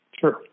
Sure